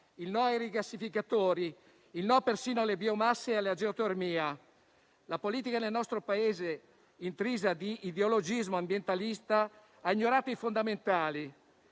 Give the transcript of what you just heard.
il no ai rigassificatori, il no persino alle biomasse e alla geotermia. La politica nel nostro Paese, intrisa di ideologismo ambientalista, ha ignorato i fondamentali.